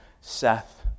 Seth